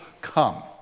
Come